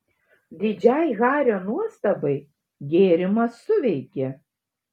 didžiai hario nuostabai gėrimas suveikė